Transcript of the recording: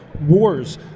wars